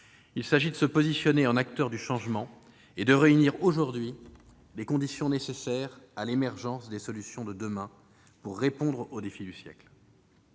il s'agit de nous positionner en acteurs du changement et de réunir aujourd'hui les conditions nécessaires à l'émergence des solutions de demain pour répondre aux défis du siècle.